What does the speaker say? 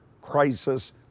Crisis